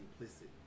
implicit